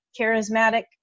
charismatic